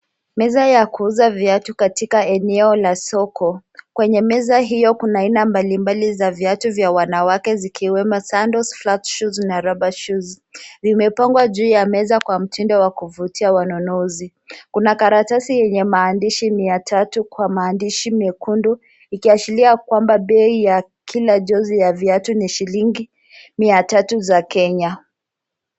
Meza ya kuuza viatu katika eneo la soko. Kwenye meza hiyo kuna aina mbalimbali za viatu vya wanawake zikiwemo, sandals, flat shoes na rubber shoes . Vimepangwa juu ya meza kwa mtindo wa kuvutia wanunuzi. Kuna karatasi yenye maandishi mia tatu kwa maandishi myekundu, ikiashiria kwamba bei ya kila jozi ya viatu ni shilingi mia tatu za Kenya.